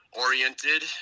oriented